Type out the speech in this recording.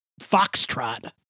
foxtrot